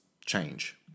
change